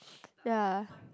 ya